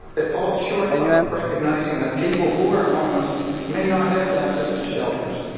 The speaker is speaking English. it falls short of recognizing that people who are homeless may not have access to shelters.